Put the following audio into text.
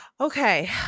Okay